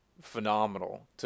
phenomenal